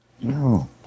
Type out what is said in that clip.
No